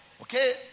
okay